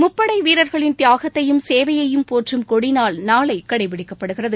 முப்படை வீரர்களின் தியாகத்தையும் சேவையையும் போற்றும் கொடிநாள் நாளை கடைபிடிக்கப்படுகிறது